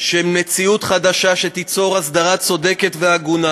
של מציאות חדשה שתיצור הסדרה צודקת והגונה.